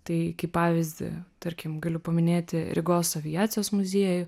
tai kaip pavyzdį tarkim galiu paminėti rygos aviacijos muziejų